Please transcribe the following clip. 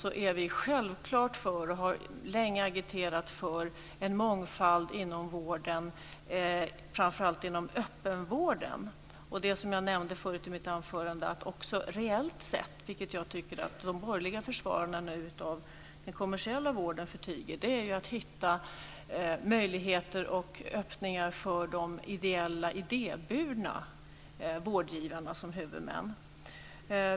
Vi är självklart för, och vi har länge agiterat för, en mångfald inom vården, framför allt inom öppenvården. Jag nämnde förut i mitt anförande att det också reellt sett, vilket jag tycker att de borgerliga försvararna av den kommersiella vården förtiger, gäller att hitta möjligheter och öppningar för de ideella idéburna vårdgivarna som huvudmän.